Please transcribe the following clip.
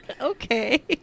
Okay